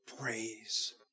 praise